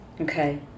Okay